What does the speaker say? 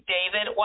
David